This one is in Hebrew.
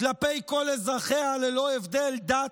כלפי כל אזרחיה ללא הבדל דת,